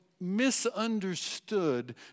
misunderstood